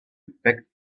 effect